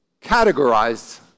categorized